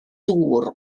dŵr